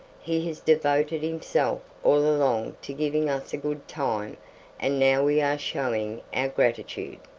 he has devoted himself all along to giving us a good time and now we are showing our gratitude.